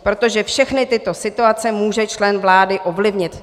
Protože všechny tyto situace může člen vlády ovlivnit.